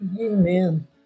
Amen